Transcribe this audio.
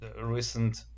recent